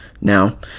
now